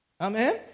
Amen